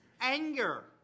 anger